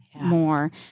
more